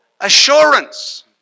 assurance